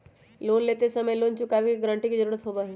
loan लेते समय loan चुकावे के गारंटी के जरुरत होबा हई